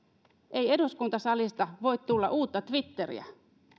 ei eduskuntasalista voi tulla uutta twitteriä